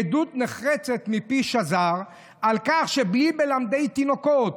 עדות נחרצת מפי שזר על כך שבלי מלמדי תינוקות,